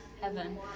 Heaven